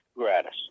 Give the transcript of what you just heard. Gratis